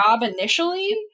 initially